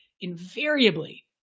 Invariably